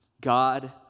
God